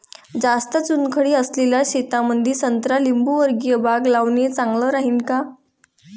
जास्त चुनखडी असलेल्या शेतामंदी संत्रा लिंबूवर्गीय बाग लावणे चांगलं राहिन का?